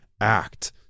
act